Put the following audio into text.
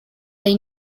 they